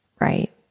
right